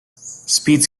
speed